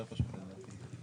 יותר פשוט לדעתי.